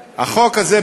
בעצם החוק הזה,